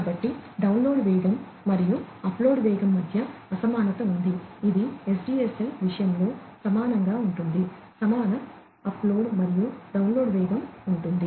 కాబట్టి డౌన్లోడ్ వేగం మరియు అప్లోడ్ వేగం మధ్య అసమానత ఉంది ఇది ఎస్డిఎస్ఎల్ విషయంలో సమానంగా ఉంటుంది సమాన అప్లోడ్ మరియు డౌన్లోడ్ వేగం ఉంటుంది